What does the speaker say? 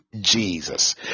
Jesus